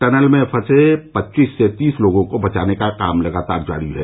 tunnel में फंसे पच्चीस से तीस लोगों को बचाने का काम लगातार जारी है